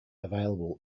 available